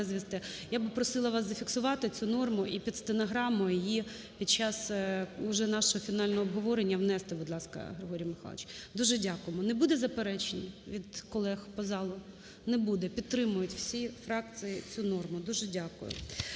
Я би просила вас зафіксувати цю норму і під стенограму її під час уже нашого фінального обговорення внести, будь ласка, Григорій Михайлович. Дуже дякуємо. Не буде заперечень від колег по залу? Не буде. Підтримують всі фракції цю норму. Дуже дякую.